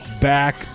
back